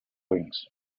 wings